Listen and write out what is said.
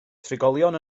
trigolion